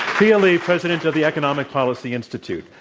thea lee, president of the economic policy institute.